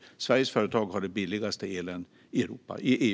Sveriges företag har den billigaste elen i EU.